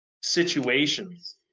situations